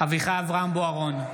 אביחי אברהם בוארון,